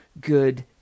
good